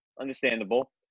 understandable